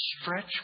stretch